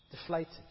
Deflated